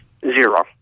Zero